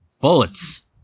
Bullets